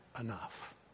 enough